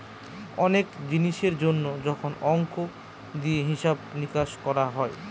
অনেক জিনিসের জন্য যখন অংক দিয়ে হিসাব নিকাশ করা হয়